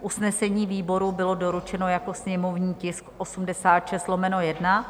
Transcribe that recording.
Usnesení výboru bylo doručeno jako sněmovní tisk 86/1.